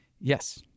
Yes